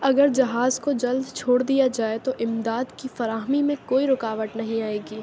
اگر جہاز کو جلد چھوڑ دیا جائے تو امداد کی فراہمی میں کوئی رکاوٹ نہیں آئے گی